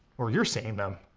or you're seeing them.